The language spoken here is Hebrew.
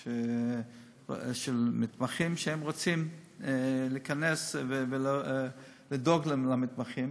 של מתמחים, והם רוצים להיכנס ולדאוג למתמחים.